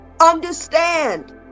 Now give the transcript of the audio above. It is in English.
Understand